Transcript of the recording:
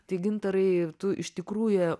tai gintarai tu iš tikrųjų